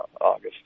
August